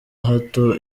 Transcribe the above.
hato